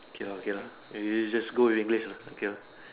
okay okay lah maybe you just go with English lah okay ah